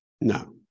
No